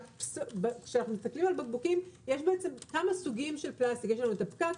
כשאנחנו מדברים על בקבוקים יש כמה סוגים של פלסטיק: יש פקק,